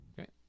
Okay